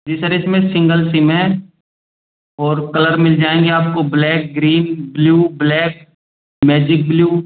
जी sir इसमें single SIM है ओर कलर मिल जाएंगे आपको black green blue black magic blue